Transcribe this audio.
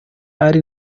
azi